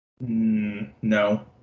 No